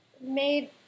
made